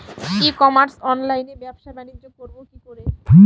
ই commerce অনলাইনে ব্যবসা বানিজ্য করব কি করে?